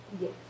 Yes